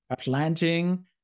planting